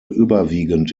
überwiegend